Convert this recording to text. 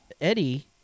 Eddie